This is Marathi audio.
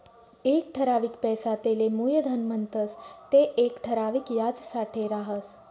एक ठरावीक पैसा तेले मुयधन म्हणतंस ते येक ठराविक याजसाठे राहस